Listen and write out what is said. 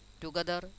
together